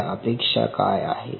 आपल्या अपेक्षा काय आहेत